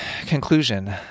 conclusion